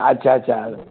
अच्छा अच्छा